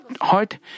heart